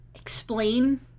explain